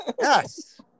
Yes